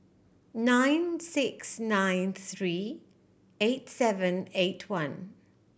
nine six nine three eight seven eight one